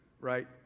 right